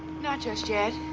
not just yet.